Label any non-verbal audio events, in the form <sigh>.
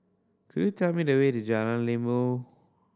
could you tell me the way to Jalan <unintelligible>